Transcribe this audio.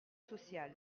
social